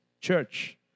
church